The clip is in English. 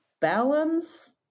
balance